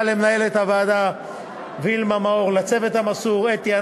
למנהלת הוועדה וילמה מאור ולצוות המסור אתי,